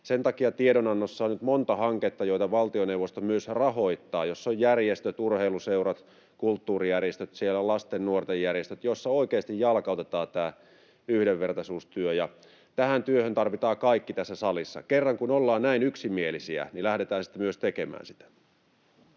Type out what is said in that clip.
Sen takia tiedonannossa on nyt monta hanketta, joita valtioneuvosto myös rahoittaa — siellä on järjestöt, urheiluseurat, kulttuurijärjestöt sekä lasten ja nuorten järjestöt, joissa oikeasti jalkautetaan tämä yhdenvertaisuustyö. Tähän työhön tarvitaan kaikki tässä salissa. Kun ollaan kerran näin yksimielisiä, lähdetään sitten myös tekemään sitä.